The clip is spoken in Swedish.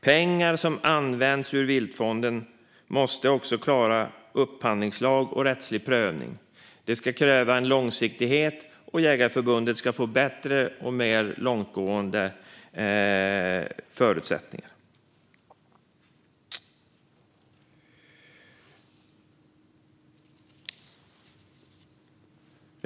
Pengar ur Viltvårdsfonden som används måste också klara upphandlingslag och rättslig prövning. Det ska krävas en långsiktighet, och Svenska Jägareförbundet ska få bättre och mer långtgående förutsättningar.